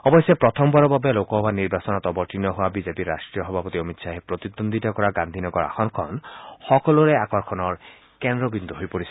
অৱশ্যে প্ৰথমবাৰৰ বাবে লোকসভা নিৰ্বাচনত অৱতীৰ্ণ হোৱা বিজেপিৰ ৰাষ্ট্ৰীয় সভাপতি অমিত শ্বাহে প্ৰতিদ্বন্দ্বিতা কৰা গান্ধীনগৰ আসনখন সকলোৰে আকৰ্ষণৰ কেন্দ্ৰবিন্দু হৈ পৰিছে